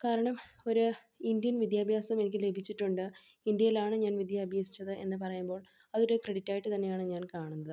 കാരണം ഒരു ഇന്ത്യൻ വിദ്യാഭ്യാസം എനിക്ക് ലഭിച്ചിട്ടുണ്ട് ഇന്ത്യയിലാണ് ഞാൻ വിദ്യ അഭ്യസിച്ചത് എന്ന് പറയുമ്പോൾ അതൊരു ക്രെഡിറ്റായിട്ട് തന്നെയാണ് ഞാൻ കാണുന്നത്